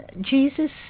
Jesus